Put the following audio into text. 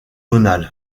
bonald